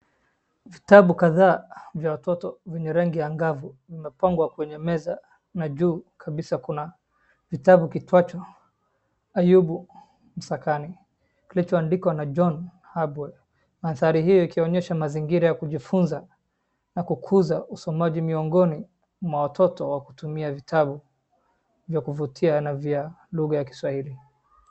Vitabu kadhaa vya watoto vyenye rangi ya ngavu, vimepangwa kwenye meza, na juu kabisa kuna kitabu kiitwacho Ayubu Msakani, kilichoandikwa na John Habwe. Mandhari hio ikionyesha mazingira ya kujifunza, na kukuza usomaji miongoni mwa watoto wa kutumia vitabu, vya kuvutia na vya lugha ya kiswahili.